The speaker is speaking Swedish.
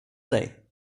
dig